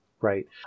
Right